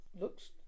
looks